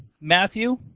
Matthew